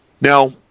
Now